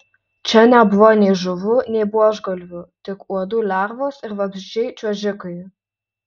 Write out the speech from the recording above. čia nebuvo nei žuvų nei buožgalvių tik uodų lervos ir vabzdžiai čiuožikai